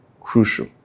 crucial